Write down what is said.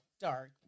dark